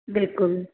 ਬਿਲਕੁਲ